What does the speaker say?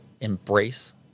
embrace